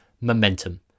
momentum